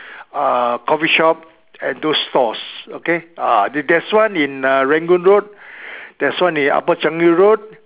uh coffee shop and those stalls okay ah there one in Rangoon road there's one in upper Changi road